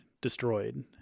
destroyed